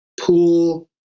pool